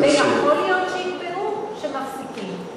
ויכול להיות שיקבעו שמפסיקים.